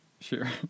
Sure